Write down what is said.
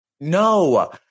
No